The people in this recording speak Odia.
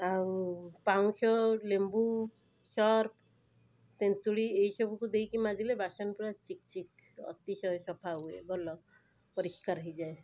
ଆଉ ପାଉଁଶ ଲେମ୍ବୁ ସର୍ପ ତେନ୍ତୁଳି ଏଇସବୁକୁ ଦେଇକିମାଜିଲେ ବାସନପୂରା ଚିକଚିକ ଅତିଶୟ ସଫା ହୁଏ ଭଲ ପରିସ୍କାର ହେଇଯାଏ